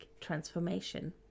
transformation